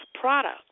product